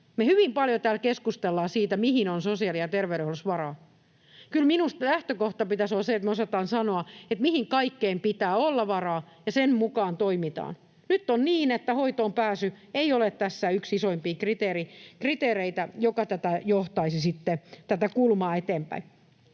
Me hyvin paljon täällä keskustellaan siitä, mihin on sosiaali‑ ja terveydenhuollossa varaa. Kyllä minusta lähtökohdan pitäisi olla se, että me osataan sanoa, mihin kaikkeen pitää olla varaa, ja sen mukaan toimitaan. Nyt on niin, että hoitoonpääsy ei ole tässä yksi isoimpia kriteereitä, joka johtaisi sitten tätä kulmaa eteenpäin.